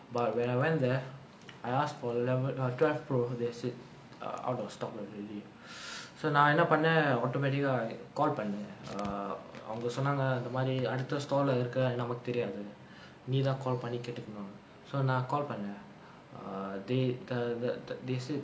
but when I went there I asked for err twelve pro they said err out of stock already so நா என்ன பண்ண:naa enna panna automatic ah call பண்ண:panna err அவங்க சொன்னாங்க இந்தமாரிஅடுத்த:avanga sonnaanga inthamaari adutha stall இருக்குற நமக்கு தெரியாது நீதா:irukkura namakku theriyaathu neethaa call பண்ணி கேட்டுக்குனும்:panni kaettukkunum so நா:naa call பண்ண:panna they the the they said